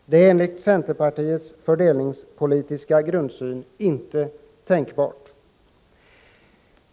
Det är enligt centerpartiets fördelningspolitiska grundsyn inte tänkbart.